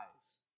eyes